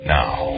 now